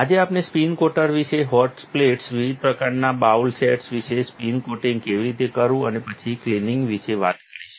આજે આપણે spin coater વિશે હોટ પ્લેટ્સ વિવિધ પ્રકારના બાઉલ સેટ્સ વિશે સ્પિન કોટિંગ કેવી રીતે કરવું અને પછીની ક્લિનિંગ વિશે વાત કરીશું